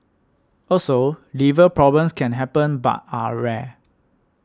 also liver problems can happen but are rare